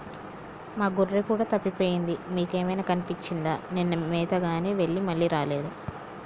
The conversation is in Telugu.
మా గొర్రె కూడా తప్పిపోయింది మీకేమైనా కనిపించిందా నిన్న మేతగాని వెళ్లి మళ్లీ రాలేదు